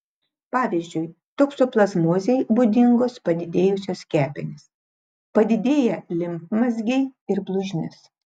pavyzdžiui toksoplazmozei būdingos padidėjusios kepenys padidėję limfmazgiai ir blužnis